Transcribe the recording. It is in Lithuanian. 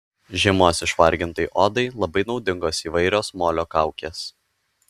žiemos išvargintai odai labai naudingos įvairios molio kaukės